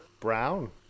Brown